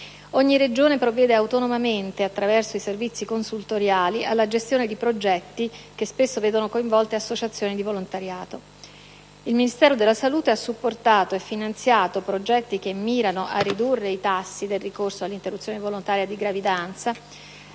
Ogni Regione provvede autonomamente, attraverso i servizi consultoriali, alla gestione di progetti che spesso vedono coinvolte associazioni di volontariato. Il Ministero della salute ha supportato e finanziato progetti che mirano a ridurre i tassi del ricorso all'interruzione volontaria di gravidanza